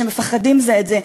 שמפחדים זה מזה,